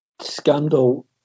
Scandal